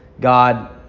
God